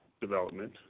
development